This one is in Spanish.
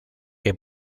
que